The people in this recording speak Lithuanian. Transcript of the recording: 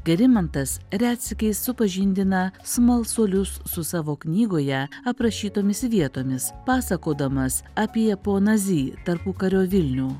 gerimantas retsykiais supažindina smalsuolius su savo knygoje aprašytomis vietomis pasakodamas apie poną zy tarpukario vilnių